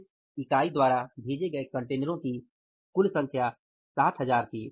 इस इकाई द्वारा भेजे गए कंटेनरों की कुल संख्या 60000 थी